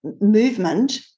movement